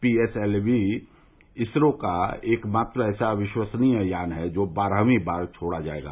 PSLV ISRO का एक मात्र ऐसा विश्वसनीय यान है जो बारहवीं बार छोड़ जायेगा